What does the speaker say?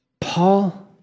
Paul